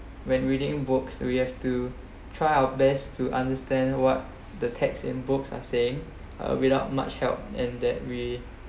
when reading books we have to try our best to understand what the text in books are saying uh without much help and that we